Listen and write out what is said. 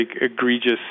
egregious